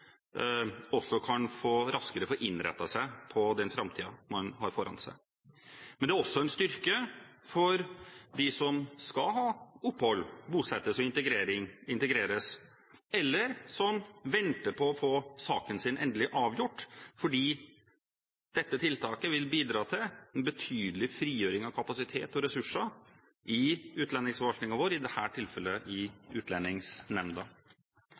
også raskere kan få innrettet seg på den framtiden man har foran seg. Det er også en styrke for dem som skal ha opphold, bosettes og integreres, eller som venter på å få saken sin endelig avgjort, fordi dette tiltaket vil bidra til en betydelig frigjøring av kapasitet og ressurser i utlendingsforvaltningen vår, i dette tilfellet i Utlendingsnemnda.